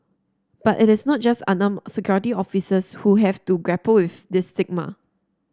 but it is not just unarmed security officers who have to grapple with this stigma